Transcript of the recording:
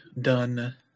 done